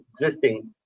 existing